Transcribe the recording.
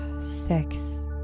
six